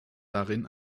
darin